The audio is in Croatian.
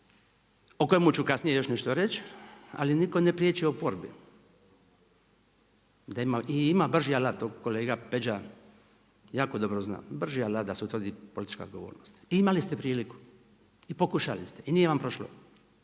o kojemu ću kasnije još nešto reć, ali niko ne priječi oporbi da ima brži alat to kolega Peđa jako dobro zna, brži alat da se utvrdi politička odgovornost. Imali ste priliku i pokušali ste i nije vam prošlo.